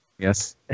Yes